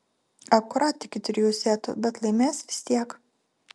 akurat iki trijų setų bet laimės vis tiek